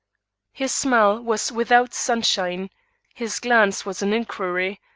his smile was without sunshine his glance was an inquiry,